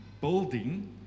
building